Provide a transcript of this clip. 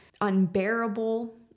unbearable